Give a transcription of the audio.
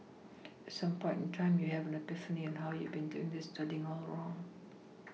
at some point in time you have an epiphany on how you have been doing this studying this wrong